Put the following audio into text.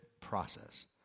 process